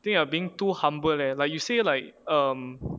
think you are being too humble leh like you say like um